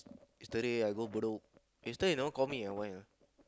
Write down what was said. yesterday I go Bedok yesterday you never call me ah why ah